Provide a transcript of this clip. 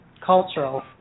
cultural